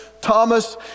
Thomas